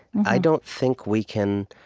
i don't think we can